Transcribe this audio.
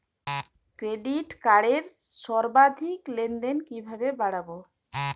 Credit কার্ডের সর্বাধিক লেনদেন কিভাবে বাড়াবো?